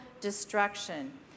destruction